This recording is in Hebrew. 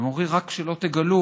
הם אומרים: רק שלא תגלו